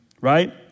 Right